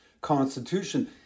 constitution